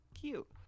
cute